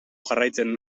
jarraitzen